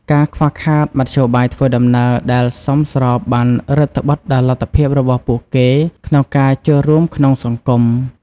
ការខ្វះខាតមធ្យោបាយធ្វើដំណើរដែលសមស្របបានរឹតត្បិតដល់លទ្ធភាពរបស់ពួកគេក្នុងការចូលរួមក្នុងសង្គម។